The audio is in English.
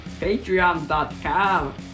patreon.com